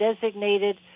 designated